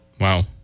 Wow